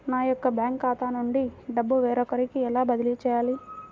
నా యొక్క బ్యాంకు ఖాతా నుండి డబ్బు వేరొకరికి ఎలా బదిలీ చేయాలి?